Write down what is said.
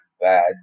bad